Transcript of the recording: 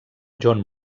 john